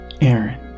Aaron